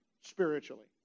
spiritually